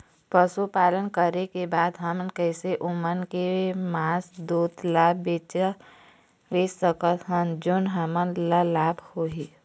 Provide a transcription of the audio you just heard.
पशुपालन करें के बाद हम कैसे ओमन के मास, दूध ला बेच सकत हन जोन हमन ला लाभ हो?